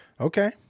Okay